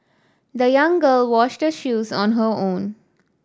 the young girl washed her shoes on her own